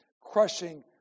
crushing